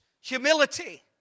Humility